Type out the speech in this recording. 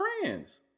friends